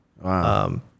Wow